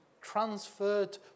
transferred